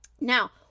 Now